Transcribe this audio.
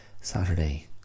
Saturday